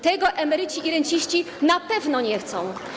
Tego emeryci i renciści na pewno nie chcą.